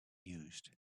used